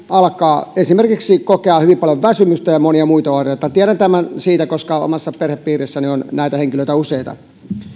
alkaa esimerkiksi kokea hyvin paljon väsymystä ja monia muita oireita tiedän tämän siitä koska omassa perhepiirissäni on näitä henkilöitä useita